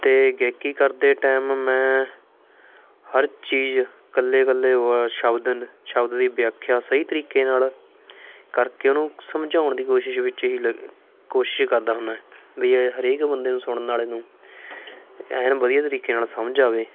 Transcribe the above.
ਅਤੇ ਗਾਇਕੀ ਕਰਦੇ ਟਾਈਮ ਮੈਂ ਹਰ ਚੀਜ਼ ਇਕੱਲੇ ਇਕੱਲੇ ਵ ਸ਼ਬਦ ਸ਼ਬਦ ਦੀ ਵਿਆਖਿਆ ਸਹੀ ਤਰੀਕੇ ਨਾਲ਼ ਕਰਕੇ ਉਹਨੂੰ ਸਮਝਾਉਣ ਦੀ ਕੋਸ਼ਿਸ਼ ਵਿੱਚ ਹੀ ਲੱਗ ਕੋਸ਼ਿਸ਼ ਕਰਦਾ ਹੁੰਦਾ ਵੀ ਹਰੇਕ ਬੰਦੇ ਨੂੰ ਸੁਣਨ ਵਾਲੇ ਨੂੰ ਐਨ ਵਧੀਆ ਤਰੀਕੇ ਨਾਲ਼ ਸਮਝ ਆਵੇ